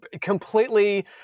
completely